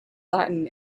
latin